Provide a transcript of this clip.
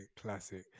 classic